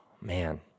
man